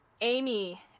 Amy